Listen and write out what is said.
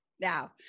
Now